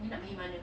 you nak pergi mana